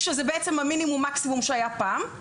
זה המינימום מקסימום שהיה פעם,